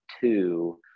two